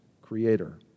creator